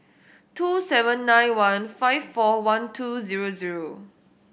two seven nine one five four one two zero zero